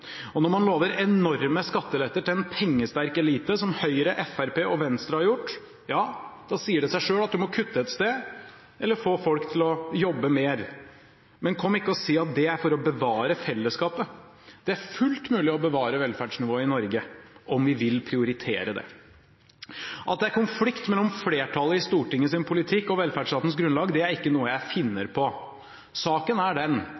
Og når man lover enorme skatteletter til en pengesterk elite, som Høyre, Fremskrittspartiet og Venstre har gjort, sier det seg selv at man må kutte et sted eller få folk til å jobbe mer. Men kom ikke og si at det er for å bevare fellesskapet. Det er fullt mulig å bevare velferdsnivået i Norge om vi vil prioritere det. At det er konflikt mellom flertallet i Stortingets politikk og velferdsstatens grunnlag, er ikke noe jeg finner på. Saken er den